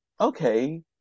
okay